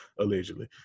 allegedly